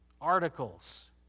articles